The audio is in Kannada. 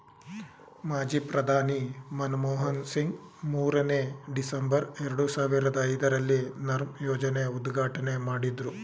ಮಾಜಿ ಪ್ರಧಾನಿ ಮನಮೋಹನ್ ಸಿಂಗ್ ಮೂರನೇ, ಡಿಸೆಂಬರ್, ಎರಡು ಸಾವಿರದ ಐದರಲ್ಲಿ ನರ್ಮ್ ಯೋಜನೆ ಉದ್ಘಾಟನೆ ಮಾಡಿದ್ರು